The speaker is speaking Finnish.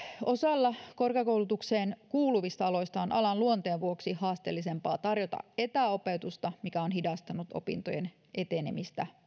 osalla korkeakoulutukseen kuuluvista aloista on alan luonteen vuoksi haasteellisempaa tarjota etäopetusta mikä on hidastanut opintojen etenemistä